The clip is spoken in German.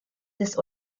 des